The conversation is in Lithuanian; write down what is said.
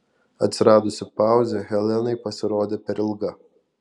atsiradusi pauzė helenai pasirodė per ilga